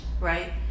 right